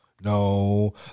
no